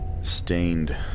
stained